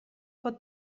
pot